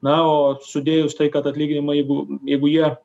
na o sudėjus tai kad atlyginimai jeigu jeigu jie